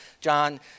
John